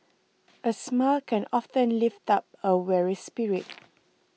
a smile can often lift up a weary spirit